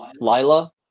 Lila